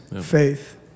faith